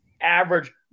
average